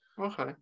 okay